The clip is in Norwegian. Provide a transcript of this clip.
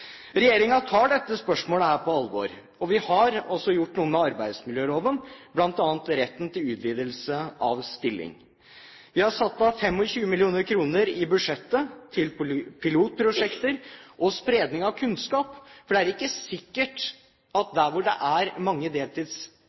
tar dette spørsmålet på alvor. Vi har også gjort noe med arbeidsmiljøloven, bl.a. retten til utvidelse av stilling. Vi har satt av 25 mill. kr i budsjettet til pilotprosjekter og spredning av kunnskap, for det er ikke sikkert at det der det er mange